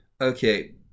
Okay